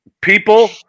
people